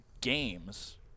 games